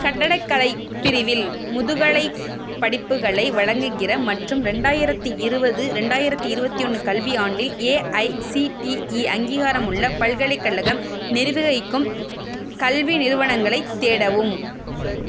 கட்டடக்கலை பிரிவில் முதுகலைப் படிப்புகளை வழங்குகிற மற்றும் ரெண்டாயிரத்து இருபது ரெண்டாயிரத்து இருபத்தி ஒன்று கல்வியாண்டில் ஏஐசிடிஇ அங்கீகாரமுள்ள பல்கலைக்கழகம் நிர்வகிக்கும் கல்வி நிறுவனங்களைத் தேடவும்